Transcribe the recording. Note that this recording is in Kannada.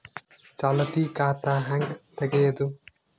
ಚಾಲತಿ ಖಾತಾ ಹೆಂಗ್ ತಗೆಯದು?